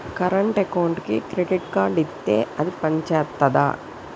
Current అకౌంట్కి credit card ఇత్తే అది పని చేత్తదా?